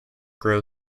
grow